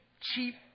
cheap